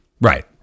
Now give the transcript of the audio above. right